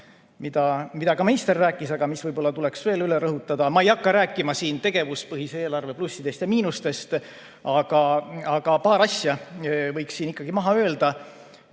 millest ka minister rääkis, aga mis võib-olla tuleks veel üle rõhutada. Ma ei hakka rääkima tegevuspõhise eelarve plussidest ja miinustest, aga paar asja võiks ikkagi maha öelda